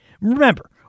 remember